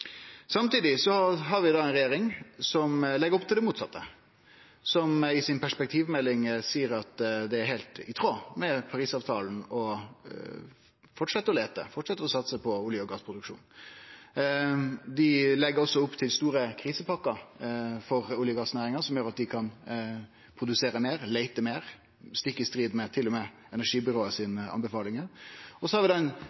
Samtidig har vi ei regjering som legg opp til det motsette, som i perspektivmeldinga seier at det er heilt i tråd med Parisavtalen å fortsetje å leite, fortsetje å satse på olje- og gassproduksjon. Dei legg også opp til store krisepakker for olje- og gassnæringa, som gjer at dei kan produsere meir, leite meir, stikk i strid med til og med Energibyrået sine anbefalingar. Så har vi